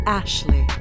ashley